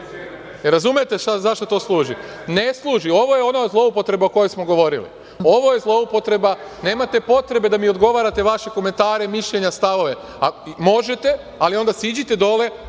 Razume zašto to služi. Ne služi, ovo je ona zloupotreba o kojoj smo govorili. Ovo je zloupotreba, nemate potrebe da mi odgovarate vaše komentare, mišljenja, stavove. Možete, ali onda siđite dole,